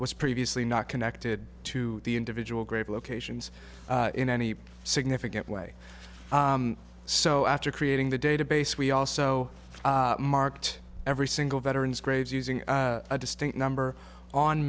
was previously not connected to the individual grave locations in any significant way so after creating the database we also marked every single veteran's graves using a distinct number on